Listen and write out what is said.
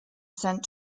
sent